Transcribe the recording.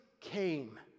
came